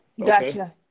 Gotcha